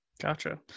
Gotcha